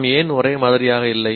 நாம் ஏன் ஒரே மாதிரியாக இல்லை